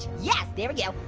yes, there we go.